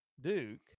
Duke